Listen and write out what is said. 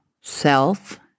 self